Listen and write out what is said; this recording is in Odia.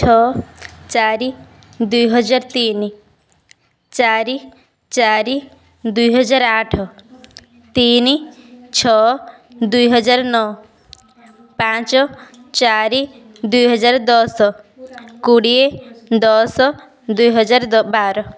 ଛଅ ଚାରି ଦୁଇ ହଜାର ତିନି ଚାରି ଚାରି ଦୁଇ ହଜାର ଆଠ ତିନି ଛଅ ଦୁଇ ହଜାର ନଅ ପାଞ୍ଚ ଚାରି ଦୁଇ ହଜାର ଦଶ କୋଡ଼ିଏ ଦଶ ଦୁଇ ହଜାର ଦ ବାର